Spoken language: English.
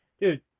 Dude